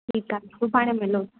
ठीकु आहे सुभाणे मिलो